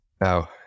Now